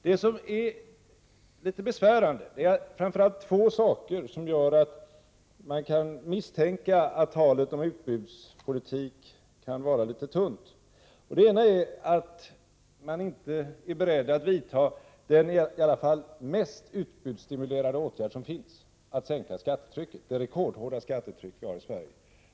Det är framför allt två saker som är litet besvärande och som gör att man kan misstänka att talet om utbudspolitik kan vara litet tunt. Den ena är att man inte är beredd att vidta den i alla fall mest utbudsstimulerande åtgärd som finns, nämligen att sänka det rekordhårda skattetryck som vi har i Sverige.